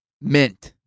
Mint